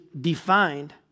defined